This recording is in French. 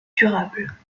durable